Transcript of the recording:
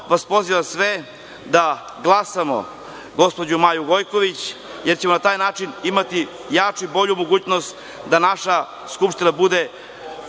vas pozivam sve da glasamo gospođu Maju Gojković, jer ćemo na taj način imati jaču i bolju mogućnost da naša Skupština bude,